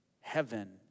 heaven